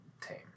tame